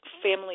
family